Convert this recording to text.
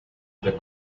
the